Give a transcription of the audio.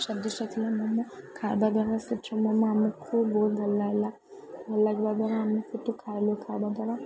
ସ୍ୱାଦିଷ୍ଟ ଥିଲା ମୋମୋ ଖାଇବା ଦ୍ୱାରା ସେଠି ମୋମୋ ଖୁବ୍ ବହୁତ ଭଲ ଲାଗଲା ଭଲ ଲାଗଲା ଦ୍ୱାରା ଆମେ ସେଠୁ ଖାଇଲୁ ଖାଇବା ଦ୍ୱାରା